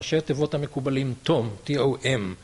ראשי התיבות המקובלים תום, T-O-M